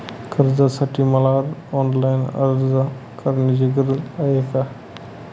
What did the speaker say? कर्जासाठी मला ऑनलाईन अर्ज करण्याची गरज आहे का?